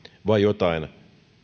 vai jotain